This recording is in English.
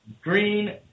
Green